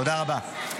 תודה רבה.